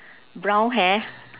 brown hair